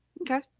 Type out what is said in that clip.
Okay